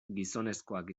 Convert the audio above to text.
gizonezkoak